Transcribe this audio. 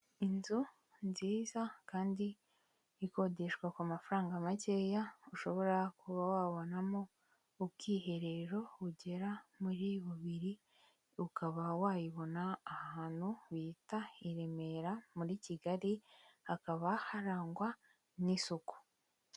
Inzu nziza kandi ikodeshwa ku mafaranga makeya, ushobora kuba wabonamo ubwiherero bugera muri bubiri, ukaba wayibona ahantu bita i Remera, muri Kigali, hakaba harangwa n'isuku.